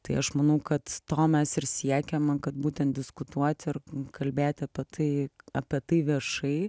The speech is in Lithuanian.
tai aš manau kad to mes ir siekiame kad būtent diskutuoti ir kalbėti apie tai apie tai viešai